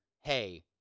hey